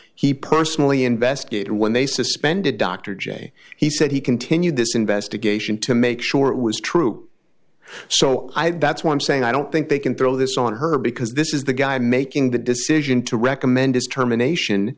he personally investigated when they suspended dr j he said he continued this investigation to make sure it was true so that's why i'm saying i don't think they can throw this on her because this is the guy making the decision to recommend his termination